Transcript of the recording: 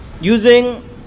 using